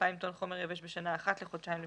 מאלפיים טון יבש בשנה אחת לחודשיים לפחות.